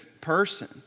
person